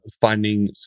finding